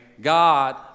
God